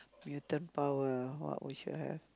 mutant power what would you have